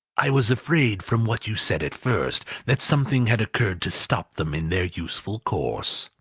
i was afraid, from what you said at first, that something had occurred to stop them in their useful course,